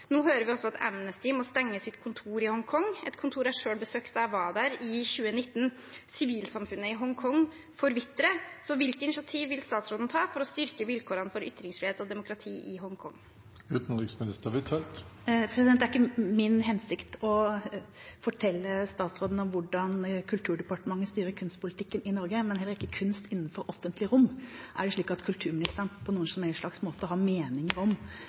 Nå hører vi også at Amnesty International må stenge sitt kontor i Hongkong, et kontor jeg selv besøkte da jeg var der i 2019. Sivilsamfunnet i Hongkong forvitrer. Så hvilke initiativ vil statsråden ta for å styrke vilkårene for ytringsfrihet og demokrati i Hongkong? Det er ikke min hensikt å fortelle statsråden om hvordan Kulturdepartementet styrer kunstpolitikken i Norge, og heller ikke når det gjelder kunst innenfor offentlig rom, har kulturministeren på noen som helst slags måte meninger om